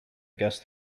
guess